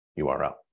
URL